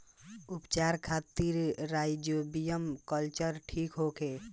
उपचार खातिर rhizobium culture ठीक होखे?